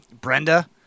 Brenda